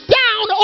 down